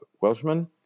Welshman